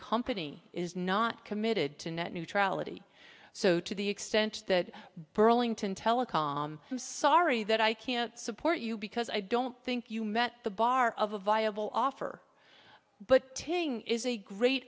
company is not committed to net neutrality so to the extent that burlington telecom i'm sorry that i can't support you because i don't think you met the bar of a viable offer but tng is a great